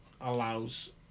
allows